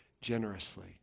generously